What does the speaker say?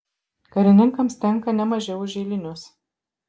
karininkams tenka ne mažiau už eilinius